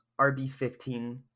RB15